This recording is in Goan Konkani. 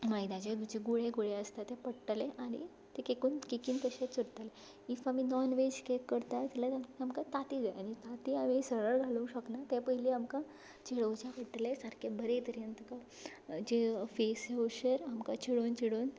मैदाचे मातशे गुळे गुळे आसता ते पडटले आनी ते केकून केकीन तशेच उरतले ईफ आमी नॉन वॅज केक करता जाल्यार आमकां तांती जाय आनी तांती आमी सरळ घालूंक शकना तें पयली आमकां चेळोवचें पडटलें सारकें बरे तरेन ताका जे फेस येवशर आमकां चेळोवन चेळोवन